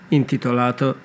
intitolato